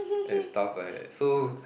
and stuff like that so